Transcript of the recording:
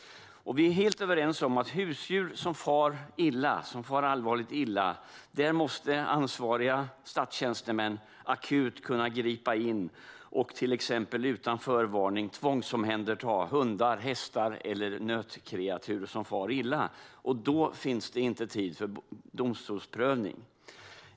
Vi är helt överens om att när det gäller husdjur som far allvarligt illa måste ansvariga statstjänstemän akut kunna gripa in och till exempel utan förvarning tvångsomhänderta hundar, hästar eller nötkreatur. Då finns det inte tid för en domstolsprövning.